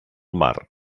mar